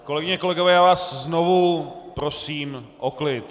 Kolegyně a kolegové, já vás znovu prosím o klid.